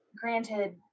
granted